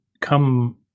come